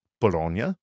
Bologna